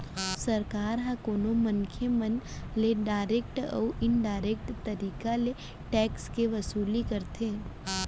सरकार ह कोनो मनसे मन ले डारेक्ट अउ इनडारेक्ट तरीका ले टेक्स के वसूली करथे